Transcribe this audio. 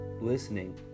listening